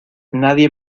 nadie